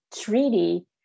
treaty